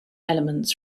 elements